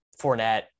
Fournette